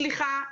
סליחה,